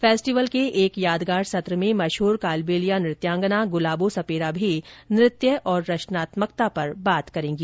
festival के एक यादगार सत्र में मशहूर कालबेलिया नृत्यांगना गुलाबो सपेरा भी नृत्य और रचनात्मकता पर बात करेंगी